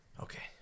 Okay